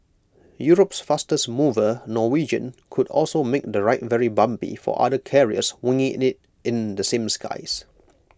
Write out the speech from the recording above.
Europe's fastest mover Norwegian could also make the ride very bumpy for other carriers winging IT in the same skies